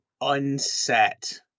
unset